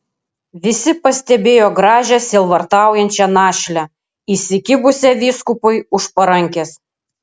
visi pastebėjo gražią sielvartaujančią našlę įsikibusią vyskupui už parankės